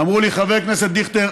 אמרו לי: חבר הכנסת דיכטר,